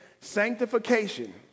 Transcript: sanctification